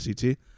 CT